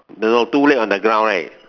no no two leg on the ground right